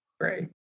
Great